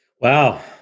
Wow